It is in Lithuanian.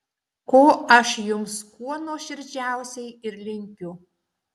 ko aš jums kuo nuoširdžiausiai ir linkiu